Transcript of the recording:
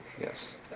Yes